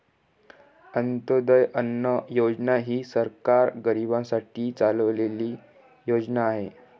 अंत्योदय अन्न योजना ही सरकार गरीबांसाठी चालवलेली योजना आहे